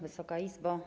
Wysoka Izbo!